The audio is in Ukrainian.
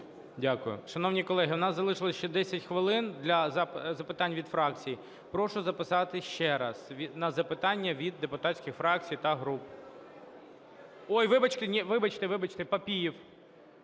Дякую. Шановні колеги, у нас залишилось ще 10 хвилин для запитань від фракцій. Прошу записатись ще раз на запитання від депутатських фракцій та груп. Ой, ні, вибачте. Папієв.